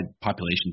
population